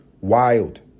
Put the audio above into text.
wild